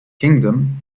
kingdom